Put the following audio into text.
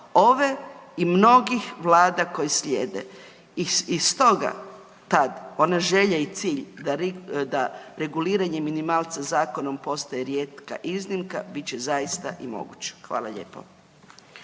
ove i mnogih vlada koji slijede. I stoga tad ona želja i cilj da reguliranje minimalca zakonom postaje rijetka iznimka bit će zaista i moguć. Hvala lijepo.